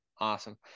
Awesome